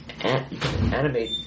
animate